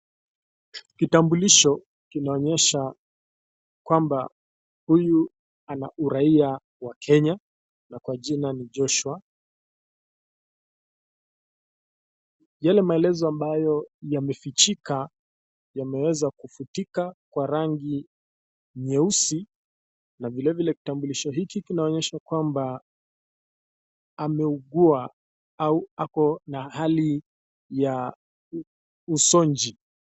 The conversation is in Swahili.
Kitambulisho kinaonyesha kwamba huyu ana uraia wa Kenya kwa jina Joshua. Yale maelezo ambayo yamefichika yameweza kufutika kwa rangi nyeusi na vilevile kitambulisho hiki kinaonyesha kwamba ameugua au ako na hali ya usonji.